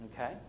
Okay